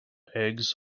eggs